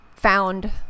Found